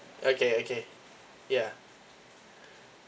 okay okay ya